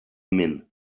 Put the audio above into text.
men